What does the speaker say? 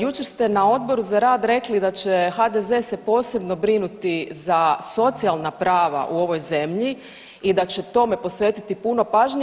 Jučer ste na Odboru za rad rekli da će HDZ se posebno brinuti za socijalna prava u ovoj zemlji i da će tome posvetiti puno pažnje.